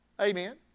Amen